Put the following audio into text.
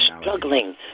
struggling